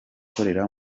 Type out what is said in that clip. ikorera